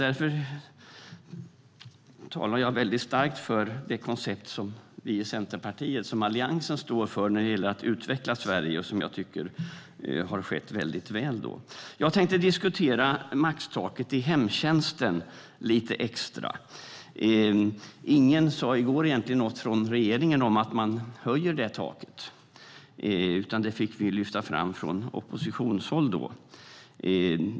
Därför talar jag starkt för det koncept för att utveckla Sverige som vi i Centerpartiet och Alliansen står för och som jag tycker har fungerat väldigt väl. Jag tänkte diskutera maxtaket i hemtjänsten lite extra. Ingen sa egentligen något i går från regeringssidan om att man höjer det taket, utan det fick vi lyfta fram från oppositionshåll.